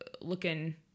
looking